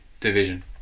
division